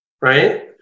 right